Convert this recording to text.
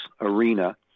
arena